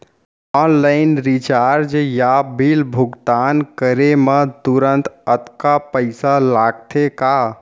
Online recharge या bill भुगतान करे मा तुरंत अक्तहा पइसा लागथे का?